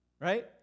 right